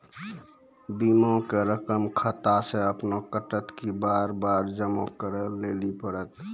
बीमा के रकम खाता से अपने कटत कि बार बार जमा करे लेली पड़त?